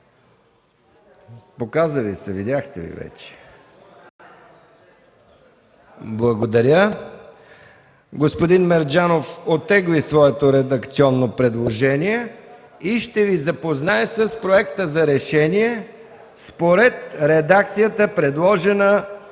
(Реплики.) Видяхте ли вече? Господин Мерджанов оттегли своето редакционно предложение и ще Ви запозная с Проекта за решение, според редакцията предложена